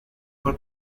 for